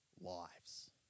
lives